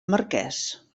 marquès